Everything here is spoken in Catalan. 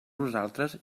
nosaltres